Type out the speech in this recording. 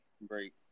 break